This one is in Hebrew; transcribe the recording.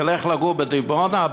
ילך לגור בדימונה?